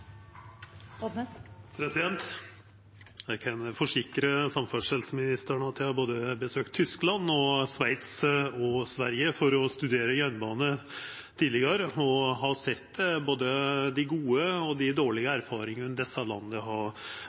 kan forsikra samferdselsministeren om at eg tidlegare har besøkt både Tyskland, Sveits og Sverige for å studera jernbane, og har sett både dei gode og dei dårlege erfaringane desse landa har